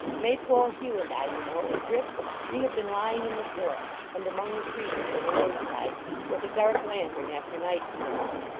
maypole hugh, and i, you know, and grip we have been lying in the forest, and among the trees by the road side, with a dark lantern after night came on,